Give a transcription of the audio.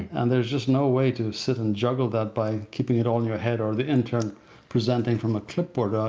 and there's just no way to sit and juggle that by keeping it all in your head or the intern intern presenting from a clipboard. ah